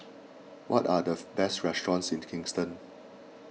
what are the best restaurants in the Kingston